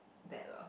date lah